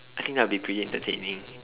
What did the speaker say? I think that'll be pretty entertaining